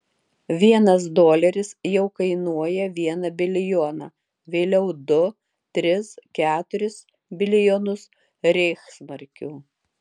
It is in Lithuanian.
vienas doleris jau kainuoja vieną bilijoną vėliau du tris keturis bilijonus reichsmarkių